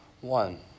One